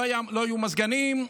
לא היו מזגנים,